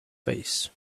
face